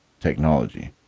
technology